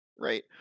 right